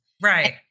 Right